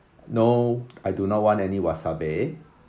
no I do not want any wasabi